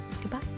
Goodbye